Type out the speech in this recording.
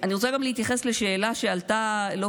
אני רוצה גם להתייחס לשאלה שעלתה לא